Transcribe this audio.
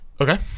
Okay